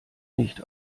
nicht